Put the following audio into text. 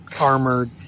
armored